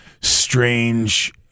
strange